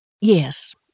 yes